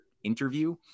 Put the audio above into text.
interview